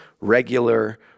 regular